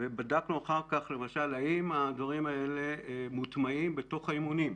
בדקנו אחר כך למשל האם הדברים האלה מוטמעים בתוך האימונים.